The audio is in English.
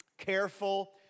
careful